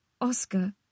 Oscar